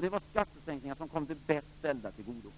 Det var skattesänkningar som kom de bäst ställda till godo.